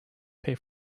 pay